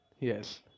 yes